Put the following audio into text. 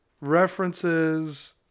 references